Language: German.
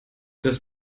das